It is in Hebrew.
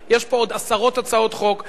יש פה עוד עשרות הצעות חוק,